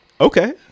okay